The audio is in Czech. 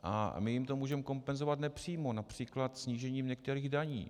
A my jim to můžeme kompenzovat nepřímo, například snížením některých daní.